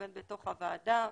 ובין בתוך הוועדה.